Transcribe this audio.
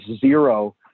zero